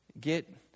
Get